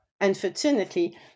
unfortunately